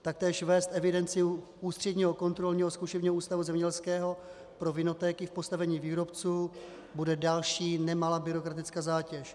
Taktéž vést evidenci u Ústředního kontrolního zkušebního ústavu zemědělského pro vinotéky v postavení výrobců bude další nemalá byrokratická zátěž.